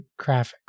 graphics